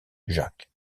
jacques